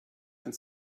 and